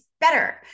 better